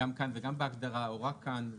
גם כאן וגם בהגדרה או רק כאן.